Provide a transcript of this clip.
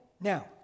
Now